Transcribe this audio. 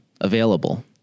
available